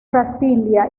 brasilia